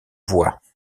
voies